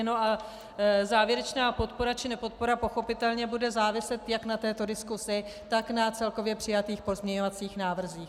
A závěrečná podpora či nepodpora pochopitelně bude záviset jak na této diskusi, tak celkově na přijatých pozměňovacích návrzích.